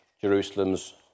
Jerusalem's